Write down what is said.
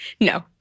no